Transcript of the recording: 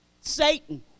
Satan